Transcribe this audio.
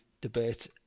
debate